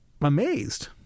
amazed